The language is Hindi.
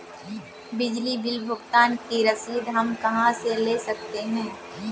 बिजली बिल भुगतान की रसीद हम कहां से ले सकते हैं?